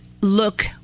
look